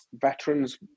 veterans